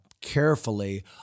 carefully